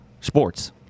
sports